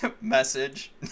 message